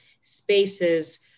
spaces